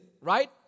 Right